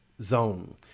zone